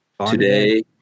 Today